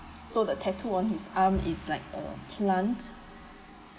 so the tattoo on his arm is like a plant